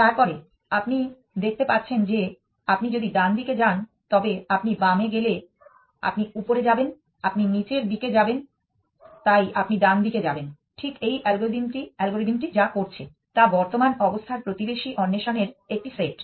তারপরে আপনি দেখতে পাচ্ছেন যে আপনি যদি ডানদিকে যান তবে আপনি বামে গেলে আপনি উপরে যাবেন আপনি নীচের দিকে যাবেন তাই আপনি ডানদিকে যাবেন ঠিক এই অ্যালগরিদমটি যা করছে তা বর্তমান অবস্থার প্রতিবেশী অন্বেষণের একটি সেট